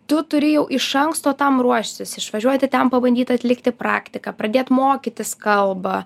tu turi jau iš anksto tam ruoštis išvažiuoti ten pabandyt atlikti praktiką pradėt mokytis kalbą